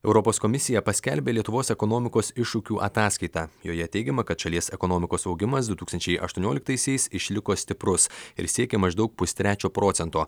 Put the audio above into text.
europos komisija paskelbė lietuvos ekonomikos iššūkių ataskaitą joje teigiama kad šalies ekonomikos augimas du tūkstančiai aštuonioliktaisiais išliko stiprus ir siekė maždaug pustrečio procento